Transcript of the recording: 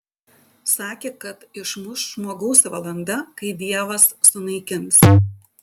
sakė kad išmuš žmogaus valanda kai dievas sunaikins